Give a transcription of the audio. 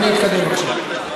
אדוני יתקדם, בבקשה.